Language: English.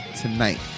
tonight